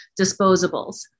disposables